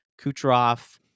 Kucherov